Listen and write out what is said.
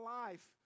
life